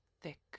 thick